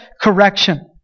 correction